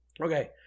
Okay